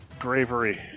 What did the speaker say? Gravery